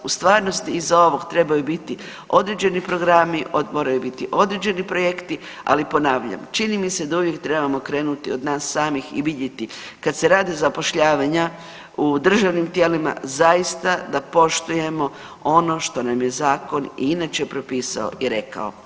U stvarnosti iza ovoga trebaju biti određeni programi, moraju biti određeni projekti, ali ponavljam čini mi se da uvijek trebamo krenuti od nas samih i vidjeti kad se rade zapošljavanja u državnim tijelima zaista da poštujemo ono što nam je zakon i inače propisao i rekao.